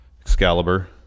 Excalibur